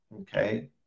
Okay